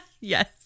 Yes